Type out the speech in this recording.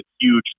huge